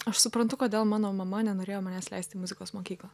aš suprantu kodėl mano mama nenorėjo manęs leist į muzikos mokyklą